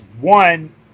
one